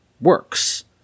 works